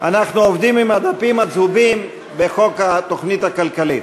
אנחנו עובדים עם הדפים הצהובים בחוק התוכנית הכלכלית.